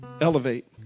Elevate